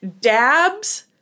dabs